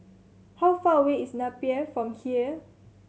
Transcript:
how far away is Napier from here